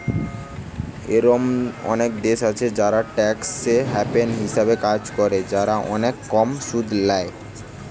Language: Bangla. এরোম অনেক দেশ আছে যারা ট্যাক্স হ্যাভেন হিসাবে কাজ করে, যারা অনেক কম সুদ ল্যায়